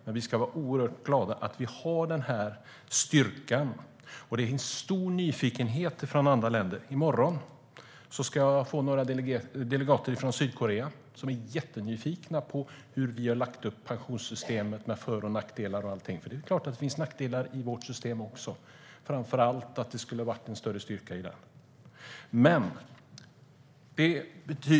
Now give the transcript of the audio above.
Men vi ska vara oerhört glada över att vi har den här styrkan. Det finns en stor nyfikenhet från andra länder. I morgon kommer några delegater från Sydkorea som är jättenyfikna på hur vi har lagt upp pensionssystemet med dess för och nackdelar. Det är klart att det finns nackdelar i vårt system också, framför allt att det skulle ha varit en större styrka i det.